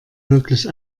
wirklich